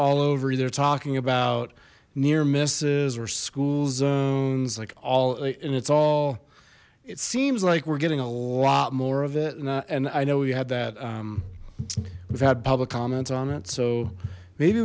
all over they're talking about near misses or school zones like all and it's all it seems like we're getting a lot more of it and i know we had that we've had public comments on it so maybe